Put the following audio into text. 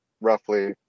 roughly